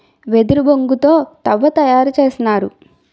వెదురు బొంగు తో తవ్వ తయారు చేసినారు